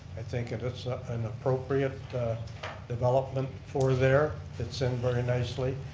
i think it's an appropriate development for there fits in very nicely.